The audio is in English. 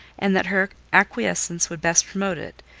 and that her acquiescence would best promote it,